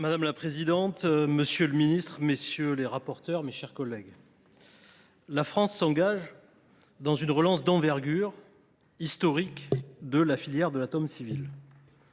Madame la présidente, monsieur le ministre, mes chers collègues, la France s’engage dans une relance d’envergure, historique, de la filière de l’atome civil.